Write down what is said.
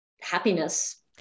happiness